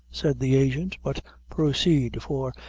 said the agent, but proceed for,